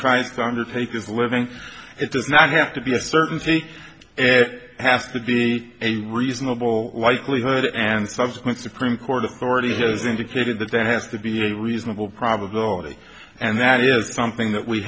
tries to undertake this living it does not have to be a certain take it has to be a reasonable likelihood and subsequent supreme court authority has indicated that there has to be a reasonable probability and that is something that we